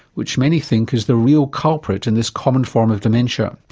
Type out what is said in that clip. which many think is the real culprit in this common form of dementia.